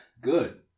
Good